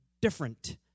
different